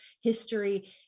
history